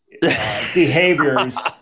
behaviors